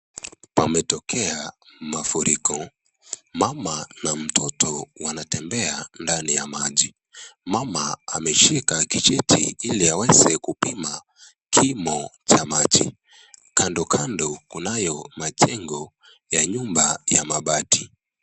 Pametokea mafuriko, mama na mtoto wanatembea ndani ya maji. Mama ameshika kijiti ili aweze kupima kimo cha maji. Kando kando kunayo majengo ya nyumba ya mabati.